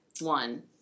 one